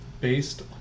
based